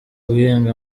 guhinga